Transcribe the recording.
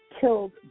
killed